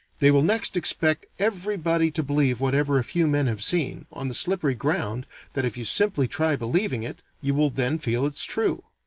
they will next expect everybody to believe whatever a few men have seen, on the slippery ground that if you simply try believing it, you will then feel it's true.